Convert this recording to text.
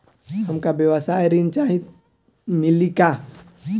हमका व्यवसाय ऋण चाही मिली का?